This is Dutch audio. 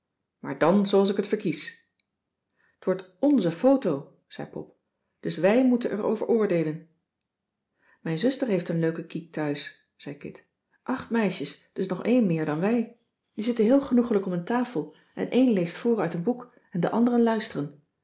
maar dan zooals ik het verkies t wordt nze photo zei pop dus wij moeten er over oordeelen mijn zuster heeft een leuke kiek thuis zei kit acht meisjes dus nog een meer dan wij die zitten heel genoeglijk om een tafel en een leest voor uit een cissy van marxveldt de h b s tijd van joop ter heul boek en de anderen luisteren